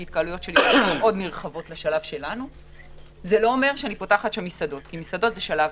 זה לא אומר שאני פותחת מסעדות שזה שלב